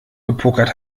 gepokert